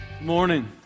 Morning